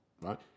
right